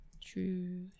True